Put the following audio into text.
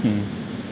mm